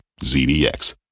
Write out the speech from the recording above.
ZDX